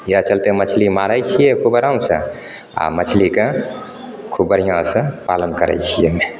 इएह चलते मछली मारै छियै खूब आराम से आ मछलीके खूब बढ़िऑं से पालन करै छियै